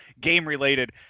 game-related